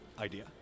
idea